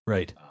Right